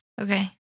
Okay